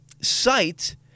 site